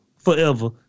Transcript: forever